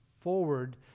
forward